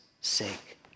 sake